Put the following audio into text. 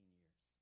years